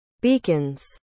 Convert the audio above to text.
beacons